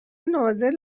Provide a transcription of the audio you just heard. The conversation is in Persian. نازل